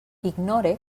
ignore